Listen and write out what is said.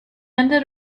ended